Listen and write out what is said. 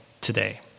today